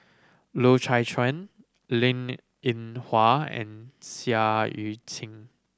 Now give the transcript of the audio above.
Loy Chye Chuan Linn In Hua and Seah Eu Chin